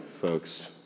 folks